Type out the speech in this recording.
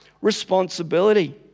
responsibility